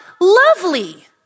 lovely